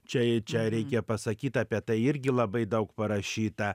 čia čia reikia pasakyt apie tai irgi labai daug parašyta